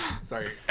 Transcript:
sorry